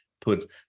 put